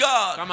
God